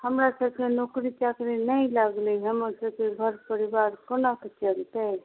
हमरा सबके नौकरी चाकरी नहि लगलै हइ हमर सबके घर परिवार कोनाके चलतै